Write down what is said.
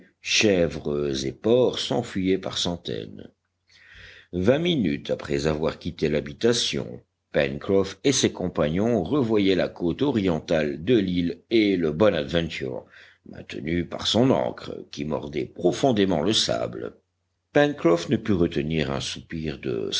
chèvres et porcs s'enfuyaient par centaines vingt minutes après avoir quitté l'habitation pencroff et ses compagnons revoyaient la côte orientale de l'île et le bonadventure maintenu par son ancre qui mordait profondément le sable pencroff ne put retenir un soupir de